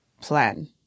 plan